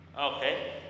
Okay